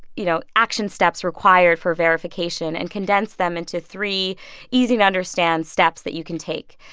you know, action steps required for verification and condensed them into three easy-to-understand steps that you can take.